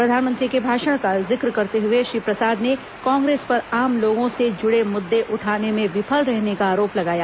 प्रधानमंत्री के भाषण का जिक्र करते हुए श्री प्रसाद ने कांग्रेस पर आम लोगों से जुड़े मुद्दे उठाने में विफल रहने का आरोप लगाया